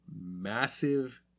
Massive